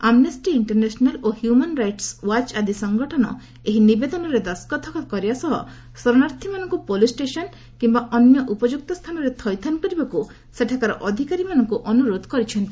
amnesty International ଓ human rights watch ଆଦି ସଂଗଠନ ଏହି ନିବେଦନରେ ଦସ୍ତଖତ କରିବା ସହ ଶରଣାର୍ଥୀମାନଙ୍କୁ ପୋଲିସ୍ ଷ୍ଟେସନ୍ କିମ୍ବା ଅନ୍ୟ ଉପଯୁକ୍ତ ସ୍ଥାନରେ ଥଇଥାନ କରିବାକୁ ସେଠାକାର ଅଧିକାରୀମାନଙ୍କୁ ଅନୁରୋଧ କରିଛନ୍ତି